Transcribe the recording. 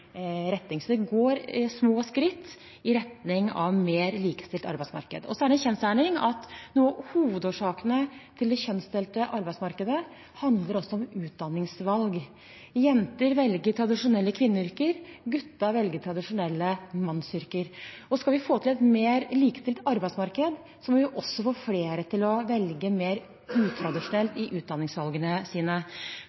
retning. Så det er små skritt i retning av mer likestilt arbeidsmarked. Det er en kjensgjerning at noe av hovedårsaken til det kjønnsdelte arbeidsmarkedet også handler om utdanningsvalg. Jenter velger tradisjonelle kvinneyrker, gutter velger tradisjonelle mannsyrker. Skal vi få til et mer likestilt arbeidsmarked, må vi også få flere til å være mer